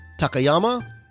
Takayama